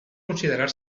considerar